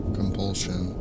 compulsion